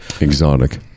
Exotic